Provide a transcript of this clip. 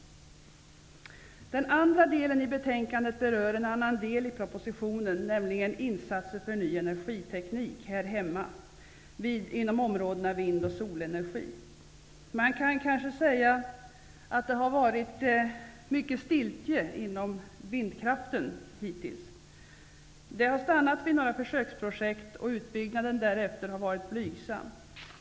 Det andra avsnittet av betänkandet rör en annan del av propositionen, nämligen frågan om insatser för en ny energiteknik här hemma inom områdena vind och solenergi. Man kan kanske säga att det har varit mycket stiltje hittills i fråga om vindkraften. Det har stannat vid några försöksprojekt, och därefter har utbyggnaden varit blygsam.